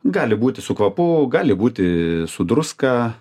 gali būti su kvapu gali būti su druska